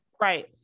Right